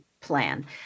plan